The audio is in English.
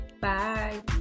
Bye